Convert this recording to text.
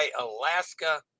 Alaska